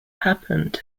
happened